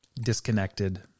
disconnected